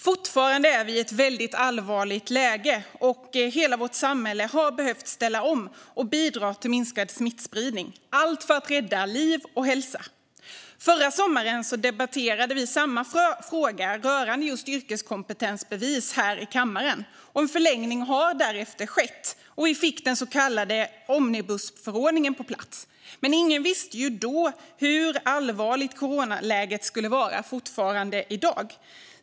Fortfarande är vi i ett väldigt allvarligt läge, och hela vårt samhälle har behövt ställa om och bidra till minskad smittspridning - allt för att rädda liv och hälsa. Förra sommaren debatterade vi här i kammaren samma fråga rörande yrkeskompetensbevis. En förlängning har därefter skett, och vi fick den så kallade omnibusförordningen på plats. Men ingen visste då hur allvarligt coronaläget fortfarande skulle vara i dag.